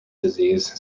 disease